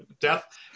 death